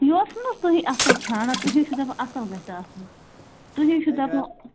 یور چھِو نہَ حظ تُہۍ اَصٕل ژھانٛڈان تُہی چھِو دَپان اَصٕل گژھِ آسُن تُہی چھِو دَپان